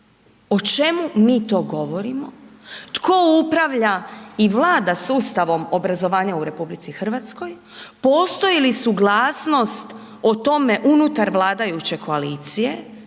o čemu mi to govorimo, tko upravlja i vlada sustavom obrazovanja u RH, postoji li suglasnost o tome unutar vladajuće koalicije,